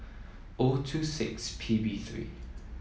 O two six P B three